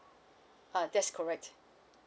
uh that's correct